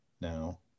Now